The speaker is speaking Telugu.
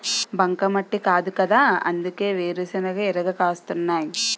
బంకమట్టి కాదుకదా అందుకే వేరుశెనగ ఇరగ కాస్తున్నాయ్